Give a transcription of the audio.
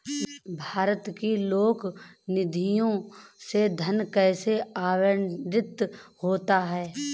भारत की लोक निधियों से धन कैसे आवंटित होता है?